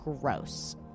gross